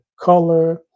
color